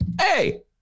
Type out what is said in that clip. hey